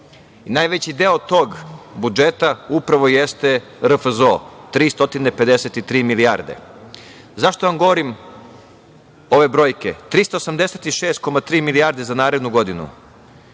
Najveći deo tog budžeta upravo jeste RFZO, 353 milijarde.Zašto vam govorim ove brojke? Zato što 386,3 milijarde za narednu godinu